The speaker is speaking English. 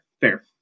Fair